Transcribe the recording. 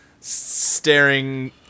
staring